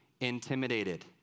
intimidated